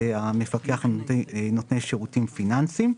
והמפקח על נותני שירותים פיננסיים.